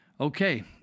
okay